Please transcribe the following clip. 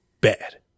bad